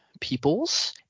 peoples